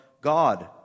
God